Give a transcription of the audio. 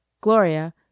gloria